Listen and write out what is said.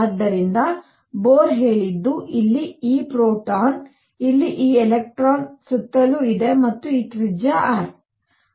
ಆದ್ದರಿಂದ ಬೋರ್ ಹೇಳಿದ್ದು ಇಲ್ಲಿ ಈ ಪ್ರೋಟಾನ್ ಇಲ್ಲಿ ಈ ಎಲೆಕ್ಟ್ರಾನ್ ಸುತ್ತಲೂ ಇದೆ ಮತ್ತು ಈ ತ್ರಿಜ್ಯ r